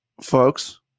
Folks